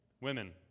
Women